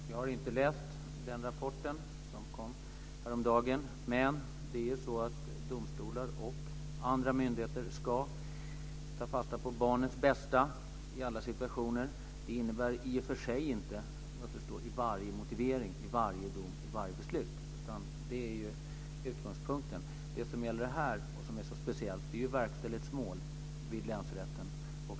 Fru talman! Jag har inte läst den rapport som kom häromdagen. Men domstolar och andra myndigheter ska ta fasta på barnets bästa i alla situationer. Det innebär i och för sig inte att det måste stå i varje motivering, i varje dom och i varje beslut. Det ska vara utgångspunkten. Det som är så speciellt med detta är att det är verkställighetsmål vid länsrätten.